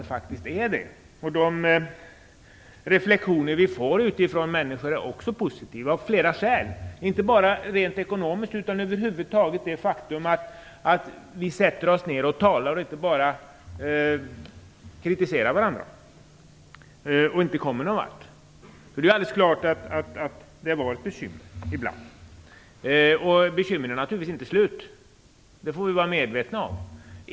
De reaktioner som vi får från människor är också positiva, och det av flera skäl, inte bara rent ekonomiska. Över huvud taget det faktum att vi sätter oss ner och diskuterar och inte bara kritiserar varandra och inte kommer någon vart har bedömts som positivt. Det är klart att det ibland har varit bekymmer, och bekymren är naturligtvis inte slut. Det måste vi vara medvetna om.